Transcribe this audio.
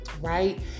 right